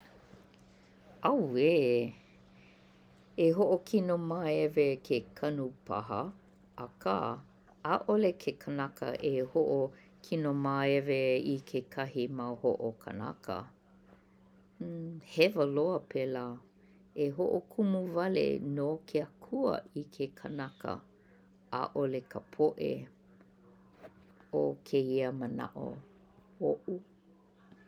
ʻAuē! E hoʻokinomāewe ke kanu paha akā ʻaʻole ke kanaka e hoʻokinowāewe i kekahi mau hoʻokanaka. uum... Hewa loa pēlā! E hoʻokumu wale nō ke Akua i ke kānaka, ʻaʻole ka poʻe. ʻO kēia manaʻo oʻu.